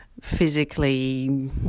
physically